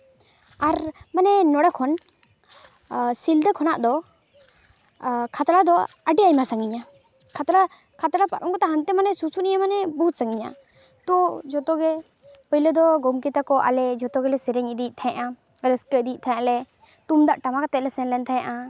ᱟᱨ ᱢᱟᱱᱮ ᱱᱚᱰᱮ ᱠᱷᱚᱱ ᱥᱤᱞᱫᱟᱹ ᱠᱷᱚᱱᱟᱜ ᱫᱚ ᱠᱷᱟᱛᱲᱟ ᱫᱚ ᱟᱹᱰᱤ ᱟᱭᱢᱟ ᱥᱟᱺᱜᱤᱧᱟ ᱠᱷᱟᱛᱲᱟ ᱠᱷᱟᱛᱲᱟ ᱯᱟᱨᱚᱢ ᱠᱟᱛᱮ ᱦᱟᱱᱛᱮ ᱢᱟᱱᱮ ᱥᱩᱥᱩᱱᱤᱭᱟᱹ ᱢᱟᱱᱮ ᱵᱚᱦᱩᱛ ᱥᱟᱺᱜᱤᱧᱟ ᱛᱚ ᱡᱚᱛᱚ ᱜᱮ ᱯᱳᱭᱞᱳ ᱫᱚ ᱜᱚᱢᱠᱮ ᱛᱟᱠᱚ ᱟᱞᱮ ᱡᱚᱛᱚ ᱜᱮᱞᱮ ᱥᱮᱨᱮᱧ ᱤᱫᱤᱭᱮᱛ ᱛᱟᱦᱮᱸᱜᱼᱟ ᱨᱟᱹᱥᱠᱟᱹ ᱤᱫᱤᱭᱮᱛ ᱛᱟᱦᱮᱸᱜᱼᱟ ᱞᱮ ᱛᱩᱢᱫᱟᱜ ᱴᱟᱢᱟᱠᱟᱛᱮ ᱞᱮ ᱥᱮᱱ ᱞᱮᱱ ᱛᱟᱦᱮᱸᱜᱼᱟ